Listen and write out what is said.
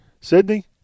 Sydney